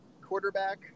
quarterback